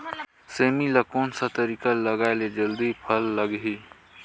सेमी ला कोन सा तरीका से लगाय ले जल्दी फल लगही?